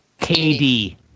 KD